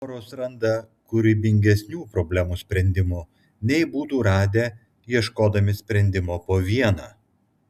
poros randa kūrybingesnių problemų sprendimų nei būtų radę ieškodami sprendimo po vieną